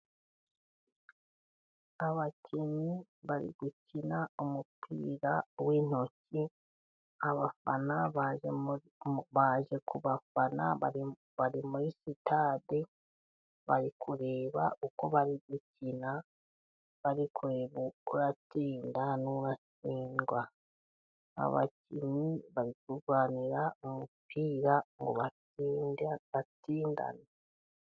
Abakinnyi bari gukina umupira w'intoki. Abafana baje ku bafana bari muri sitade bari kureba uko bari gukina. Barikureba uratsinda n'uratsindwa. Abakinnyi bari kurwanira umupira ngo batsinde batsindane.